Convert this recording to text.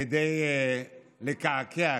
כדי לקעקע,